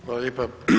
Hvala lijepo.